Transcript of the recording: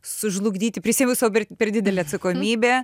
sužlugdyti prisiimu sau per didelę atsakomybę